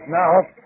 now